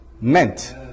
meant